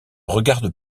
regarde